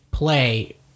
play